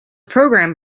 programmed